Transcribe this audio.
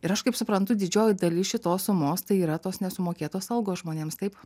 ir aš kaip suprantu didžioji dalis šitos sumos tai yra tos nesumokėtos algos žmonėms taip